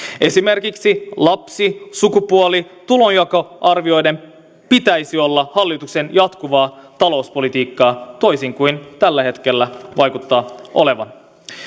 esimerkiksi lapsi sukupuoli ja tulonjakoarvioiden pitäisi olla hallituksen jatkuvaa talouspolitiikkaa toisin kuin tällä hetkellä vaikuttaa olevan